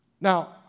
Now